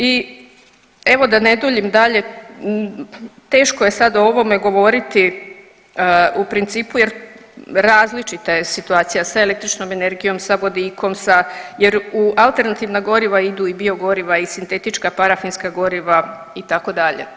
I evo da ne duljim dalje teško je sad o ovome govoriti u principu jer različita je situacija sa električnom energijom, sa vodikom, jer u alternativna goriva idu i biogoriva i sintetička parafinska goriva itd.